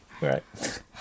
right